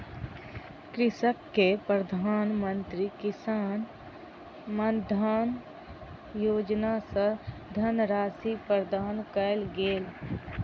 कृषक के प्रधान मंत्री किसान मानधन योजना सॅ धनराशि प्रदान कयल गेल